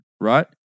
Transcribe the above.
right